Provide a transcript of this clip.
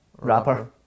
rapper